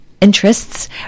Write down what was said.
interests